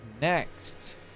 next